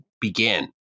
begin